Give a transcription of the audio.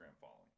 following